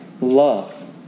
love